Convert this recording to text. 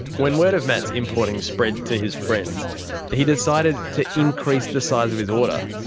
when word of matt's importing spread to his friends he decided to increase the size of his order.